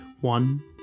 one